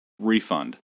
refund